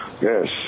Yes